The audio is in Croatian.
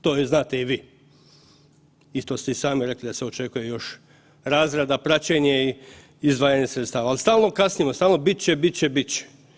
To znate i vi i to ste i sami rekli da se očekuje još razrada, praćenje i izdvajanje sredstava, ali stalno kasnimo, stalno bit će, bit će, bit će.